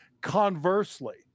Conversely